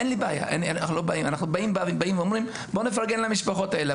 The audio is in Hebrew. אנחנו באים ואומרים, בואו נפרגן למשפחות האלה.